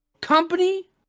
company